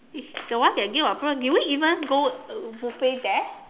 it's the one that give out prawn did we even go uh buffet there